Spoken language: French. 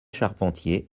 charpentier